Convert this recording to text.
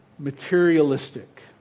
materialistic